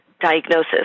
diagnosis